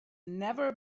never